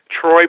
Troy